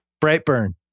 Brightburn